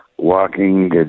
walking